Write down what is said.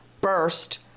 burst